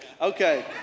Okay